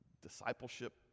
discipleship